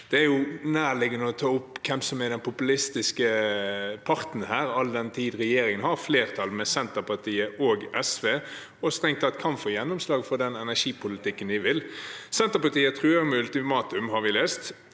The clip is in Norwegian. Det er nærliggende å ta opp hvem som er den populistiske parten her, all den tid regjeringen har flertall med Senterpartiet og SV og strengt tatt kan få gjennomslag for den energipolitikken de vil. Senterpartiet truer med ultimatum, har vi lest,